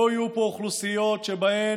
לא יהיו פה אוכלוסיות שבהן